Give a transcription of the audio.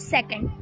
Second